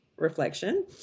reflection